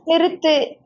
நிறுத்து